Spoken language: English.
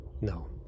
No